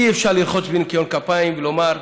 אי-אפשר לרחוץ בניקיון כפיים ולומר: